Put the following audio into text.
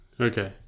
Okay